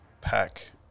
pack